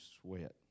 sweat